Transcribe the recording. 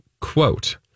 Quote